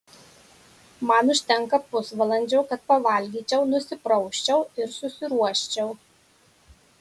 man užtenka pusvalandžio kad pavalgyčiau nusiprausčiau ir susiruoščiau